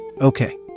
Okay